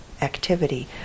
activity